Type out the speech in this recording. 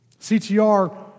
CTR